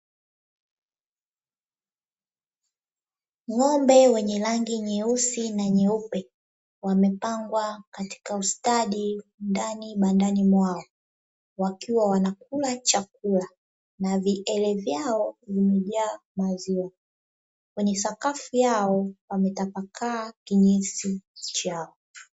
Ng'ombe wenye rangi nyeusi na nyeupe, wamepangwa katika ustadi ndani bandani mwao. Wakiwa wanakula chakula, na viele vyao vimejaa maziwa. Kwenye sakafu yao pametapakaa kinyesi chao.